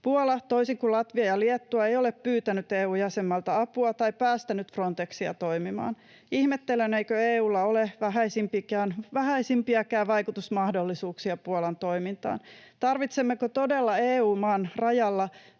Puola, toisin kuin Latvia ja Liettua, ei ole pyytänyt EU-jäsenmailta apua tai päästänyt Fron-texia toimimaan. Ihmettelen, eikö EU:lla ole vähäisimpiäkään vaikutusmahdollisuuksia Puolan toimintaan. Tarvitsemmeko todella EU-maan rajalla